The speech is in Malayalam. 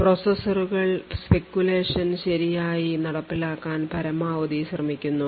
പ്രോസസ്സറുകൾ speculation ശരിയായി നടപ്പിലാക്കാൻ പരമാവധി ശ്രമിക്കുന്നു